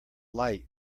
light